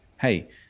hey